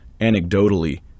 anecdotally